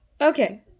okay